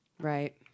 Right